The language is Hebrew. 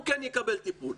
הוא יקבל טיפול.